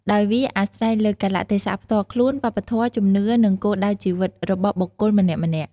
ដោយវាអាស្រ័យលើ កាលៈទេសៈផ្ទាល់ខ្លួន វប្បធម៌ ជំនឿ និង គោលដៅជីវិត របស់បុគ្គលម្នាក់ៗ។